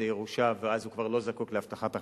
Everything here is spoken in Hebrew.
ירושה ואז הוא כבר לא זקוק להבטחת הכנסה,